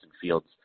Fields